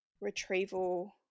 retrieval